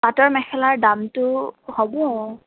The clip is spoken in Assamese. পাটৰ মেখেলাৰ দামটো হ'ব